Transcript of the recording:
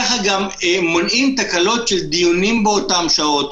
ככה גם מונעים תקלות של דיונים באותן שעות,